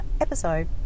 episode